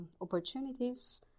opportunities